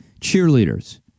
cheerleaders